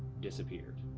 disappeared.